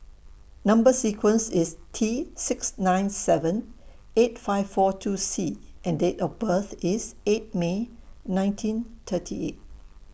Number sequence IS T six nine seven eight five four two C and Date of birth IS eight May nineteen thirty eight